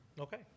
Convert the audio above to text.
Okay